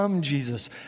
Jesus